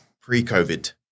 pre-COVID